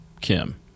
Kim